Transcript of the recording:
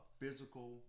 physical